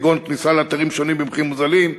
כגון כניסה לאתרים שונים במחירים מוזלים,